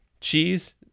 cheese